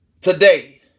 today